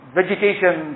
vegetation